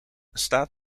staat